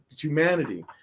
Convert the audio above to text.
humanity